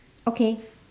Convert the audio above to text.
okay